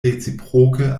reciproke